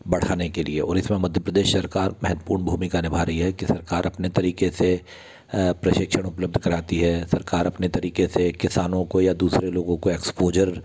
बढ़ाने के लिए और इसमें मध्य प्रदेश सरकार महत्वपूर्ण भूमिका निभा रही है कि सरकार अपने तरीक़े से प्रशिक्षण उपलब्ध कराती है सरकार अपने तरीक़े से किसानों को या दूसरे लोगों को एक्स्पोज़र